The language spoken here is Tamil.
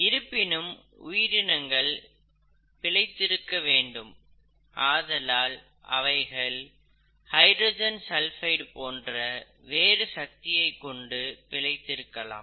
இருப்பினும் உயிரினங்கள் பிழைத்திருக்க வேண்டும் ஆதலால் அவைகள் ஹைட்ரஜன் சல்பைட் போன்ற வேறு சக்தியைக் கொண்டு பிழைத்திருந்திருக்கலாம்